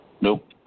Nope